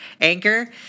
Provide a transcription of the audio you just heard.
anchor